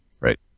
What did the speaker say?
right